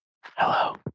Hello